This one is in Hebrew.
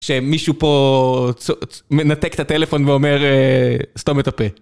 שמישהו פה מנתק את הטלפון ואומר סתם את הפה.